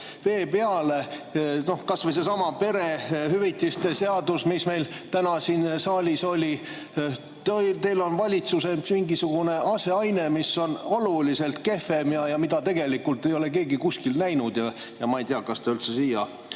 peale. Kas või seesama perehüvitiste seadus, mis meil täna siin saalis oli. Teil on valitsuses sellele mingisugune aseaine, mis on oluliselt kehvem ja mida tegelikult ei ole keegi kusagil näinud ja ma ei tea, kas ta üldse siia